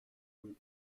fruit